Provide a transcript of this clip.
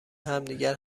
همدیگر